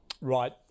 right